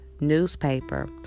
newspaper